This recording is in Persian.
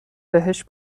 بهش